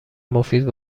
مفید